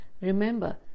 remember